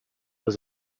was